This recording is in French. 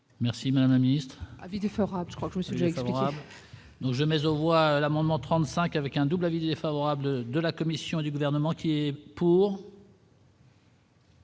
Merci madame la ministre. Avis défavorable, je crois que le sujet. Donc jamais aux voix l'amendement 35 avec un double avis défavorable de la commission du gouvernement qui est pour.